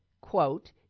quote